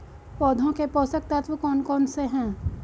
पौधों के पोषक तत्व कौन कौन से हैं?